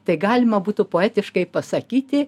tai galima būtų poetiškai pasakyti